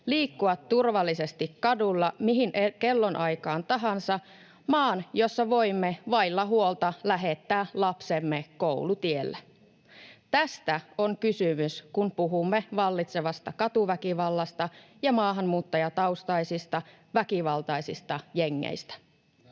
liikkua turvallisesti kadulla mihin kellonaikaan tahansa, maan, jossa voimme vailla huolta lähettää lapsemme koulutielle? Tästä on kysymys, kun puhumme vallitsevasta katuväkivallasta ja maahanmuuttajataustaisista, väkivaltaisista jengeistä.